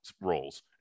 roles